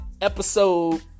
episode